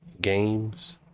games